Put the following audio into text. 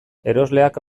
erosleak